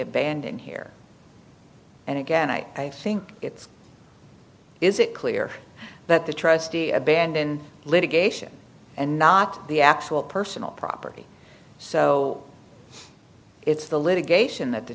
abandon here and again i think it's is it clear that the trustee abandon litigation and not the actual personal property so it's the litigation that the